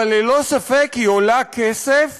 אבל ללא ספק היא עולה כסף